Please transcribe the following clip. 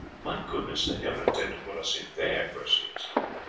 my goodness! they never intend to put us in there, percy exclaimed.